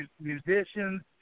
musicians